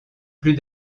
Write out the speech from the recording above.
plus